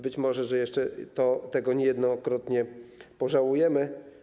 Być może jeszcze tego niejednokrotnie pożałujemy.